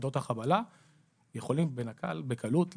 מעבדות החבלה יכולים בקלות להגיד,